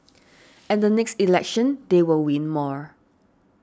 and the next election they will win more